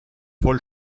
voll